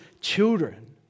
children